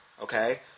Okay